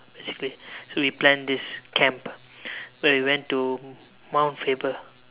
basically so we planned this camp where we went to Mount Faber